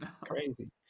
Crazy